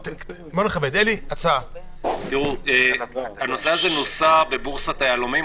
הנושא הזה נוסה בבורסה ליהלומים,